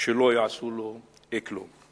שלא יעשו לו כלום.